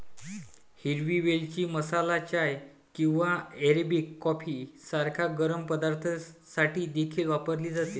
हिरवी वेलची मसाला चाय किंवा अरेबिक कॉफी सारख्या गरम पदार्थांसाठी देखील वापरली जाते